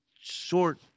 short